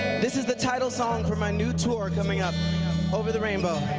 this is the title song from my new tour coming up over the rainbow.